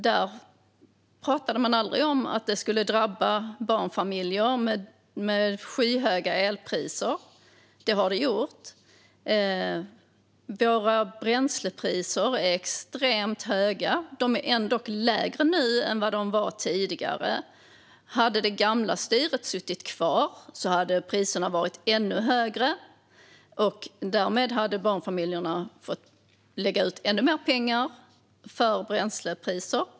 Då pratade man aldrig om att det skulle drabba barnfamiljer med skyhöga elpriser, men det har det gjort. Bränslepriserna är extremt höga, även om de är lägre nu än vad de var tidigare. Hade det gamla styret suttit kvar hade priserna varit ännu högre, och därmed hade barnfamiljerna fått lägga ut ännu mer pengar för bränsle.